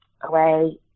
away